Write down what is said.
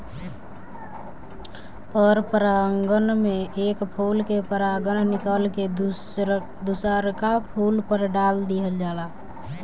पर परागण में एक फूल के परागण निकल के दुसरका फूल पर दाल दीहल जाला